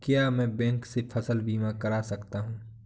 क्या मैं बैंक से फसल बीमा करा सकता हूँ?